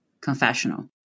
confessional